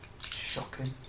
Shocking